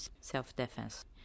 self-defense